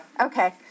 okay